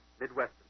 Midwestern